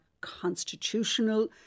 constitutional